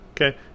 Okay